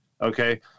okay